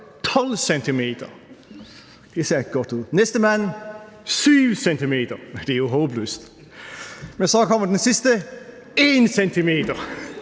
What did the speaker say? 12 cm – det ser ikke godt ud. Næste mand: 7 cm – det er jo håbløst. Men så kommer den sidste: 1 cm!